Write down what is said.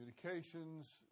communications